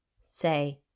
say